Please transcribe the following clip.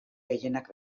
gehienak